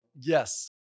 Yes